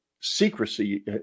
secrecy